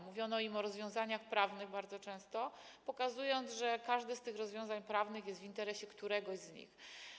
Mówiono im o rozwiązaniach prawnych, bardzo często pokazując, że każde z tych rozwiązań prawnych jest w interesie któregoś z nich.